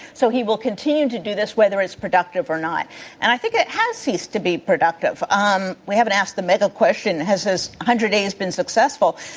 so, he will continue to do this whether it's productive or not and i think it has ceased to be productive. um we haven't asked the question has his hundred days been successful,